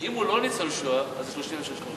אם הוא לא ניצול שואה אז זה 36 חודשים.